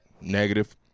Negative